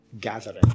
gathering